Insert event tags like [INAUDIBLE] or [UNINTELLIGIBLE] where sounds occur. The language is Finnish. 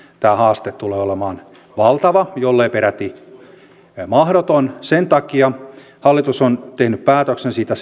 tämä haaste tulee olemaan valtava jollei peräti mahdoton sen takia hallitus on tehnyt päätöksen siitä [UNINTELLIGIBLE]